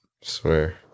swear